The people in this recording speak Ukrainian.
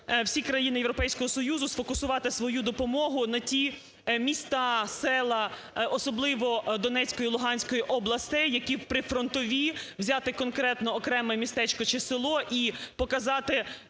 всі країни Європейського Союзу, сфокусувати свою допомогу на ті міста, села, особливо Донецької і Луганської областей, які прифронтові. Взяти конкретно окреме містечко чи село і показати